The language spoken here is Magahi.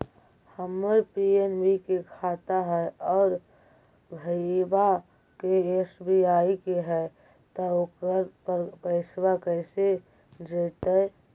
हमर पी.एन.बी के खाता है और भईवा के एस.बी.आई के है त ओकर पर पैसबा कैसे जइतै?